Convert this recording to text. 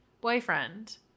boyfriend